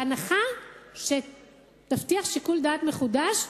בהנחה שתבטיח שיקול דעת מחודש,